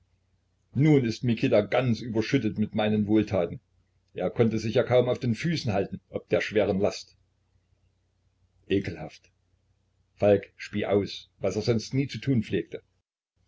nun ist mikita ganz überschüttet mit meinen wohltaten er konnte sich ja kaum auf den füßen halten ob der schweren last ekelhaft falk spie aus was er sonst nie zu tun pflegte